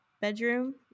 bedroom